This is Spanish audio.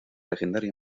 legendaria